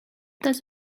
does